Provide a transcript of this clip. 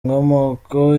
inkomoko